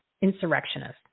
insurrectionists